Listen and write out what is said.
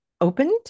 opened